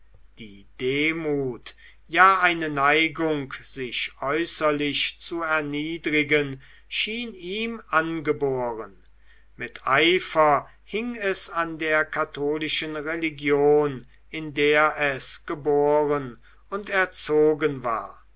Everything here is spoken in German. die demut ja eine neigung sich äußerlich zu erniedrigen schien ihm angeboren mit eifer hing es an der katholischen religion in der es geboren und erzogen war